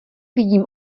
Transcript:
vidím